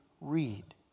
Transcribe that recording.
read